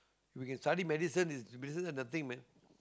you can study medicine medicine is the thing man